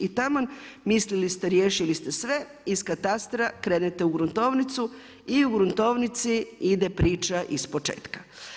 I taman, mislili ste riješili ste sve, iz katastra krenete u gruntovnicu i u gruntovnici ide priča ispočetka.